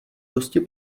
dosti